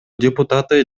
депутаты